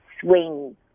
swing